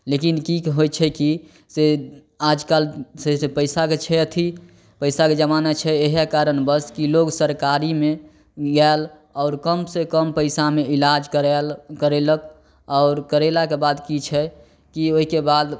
लेकिन की हो छै की से आजकल से पैसाके छै अथी पैसाके जमाना छै इएह कारणबश कि लोक सरकारीमे आयल आओर कम से कम पैसामे इलाज करैल करेलक आओर करेलाके बाद की छै कि ओहिके बाद